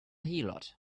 heelot